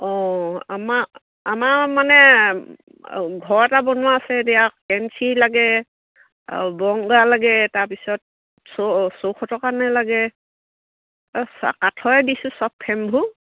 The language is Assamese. অঁ আমাৰ আমাৰ মানে ঘৰ এটা বনোৱা আছে এতিয়া লাগে আৰু লাগে তাৰ পিছত কাৰাণে লাগে কাঠেৰে দিছোঁ চব ফেমবোৰ